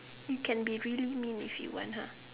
can be really mean if you want ah